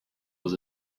was